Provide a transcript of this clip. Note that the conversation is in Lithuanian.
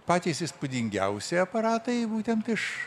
patys įspūdingiausi aparatai būtent iš